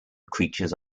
creatures